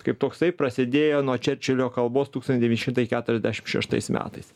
kaip toksai prasidėjo nuo čerčilio kalbos tūkstantis devyni šimtai keturiasdešimt šeštais metais